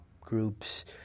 groups